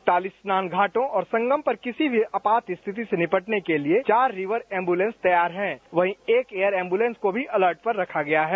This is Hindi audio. ताली स्नान घाटों और संगम पर किसी भी आपातस्थिति से निपटने के लिए चार रिवर एम्बूलेंस तैयार है वहीं एक एयर एम्बूलेंस को भी अलर्ट पर रखा गया है